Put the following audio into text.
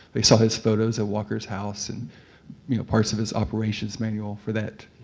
they saw his photos of walker's house and parts of his operations manual for that.